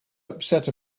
upset